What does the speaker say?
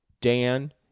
Dan